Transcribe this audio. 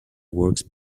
works